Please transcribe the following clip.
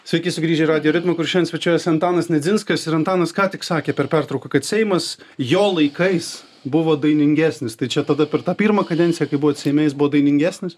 sveiki sugrįžę į radijo ritmą kur šiandien svečiuojasi antanas nedzinskas ir antanas ką tik sakė per pertrauką kad seimas jo laikais buvo dainingesnis tai čia tada per tą pirmą kadenciją kai buvot seime jis buvo dainingesnis